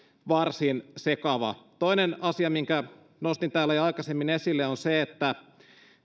varsin sekava toinen asia minkä nostin täällä jo aikaisemmin esille on se että